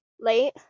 late